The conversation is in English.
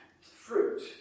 fruit